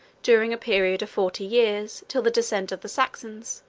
during a period of forty years, till the descent of the saxons,